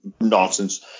nonsense